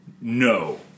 No